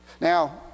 Now